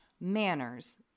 manners